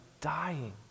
dying